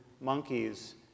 monkeys